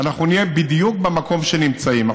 אנחנו נהיה בדיוק במקום שנמצאים.